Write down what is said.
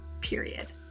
period